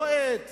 לא את